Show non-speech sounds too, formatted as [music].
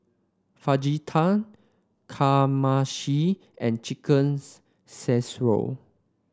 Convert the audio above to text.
Fajita Kamameshi and Chicken [unintelligible] Casserole